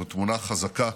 זו תמונה חזקה,